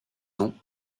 ans